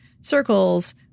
circles